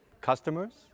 customers